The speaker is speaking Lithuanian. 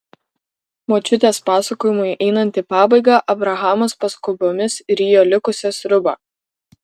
močiutės pasakojimui einant į pabaigą abrahamas paskubomis rijo likusią sriubą